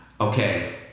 okay